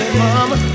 mama